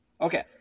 Okay